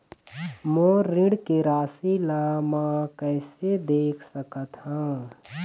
मोर ऋण के राशि ला म कैसे देख सकत हव?